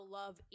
love